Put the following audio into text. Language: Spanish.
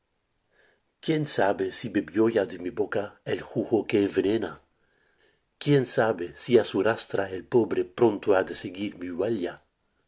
quién sabe si bebió ya de mi boca el jugo que envenena quién sabe si á su rastra el pobre pronto ha de seguir mi